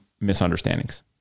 misunderstandings